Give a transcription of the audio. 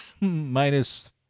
minus